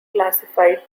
classified